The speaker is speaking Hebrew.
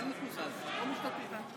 (קוראת בשמות חברי הכנסת)